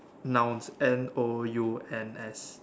nouns N_O_U_N_S